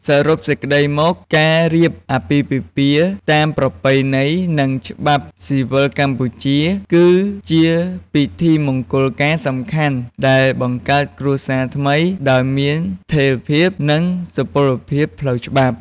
សរុបសេចក្តីមកការរៀបអាពាហ៍ពិពាហ៍តាមប្រពៃណី និងច្បាប់ស៊ីវិលកម្ពុជា គឺជាពិធីមង្គលការសំខាន់ដែលបង្កើតគ្រួសារថ្មីដោយមានស្ថេរភាព និង សុពលភាពផ្លូវច្បាប់។